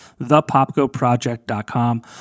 thepopgoproject.com